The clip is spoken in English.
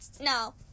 no